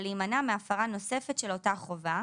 ולהימנע מהפרה נוספת של אותה חובה,